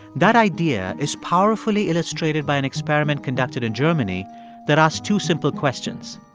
that idea is powerfully illustrated by an experiment conducted in germany that asked two simple questions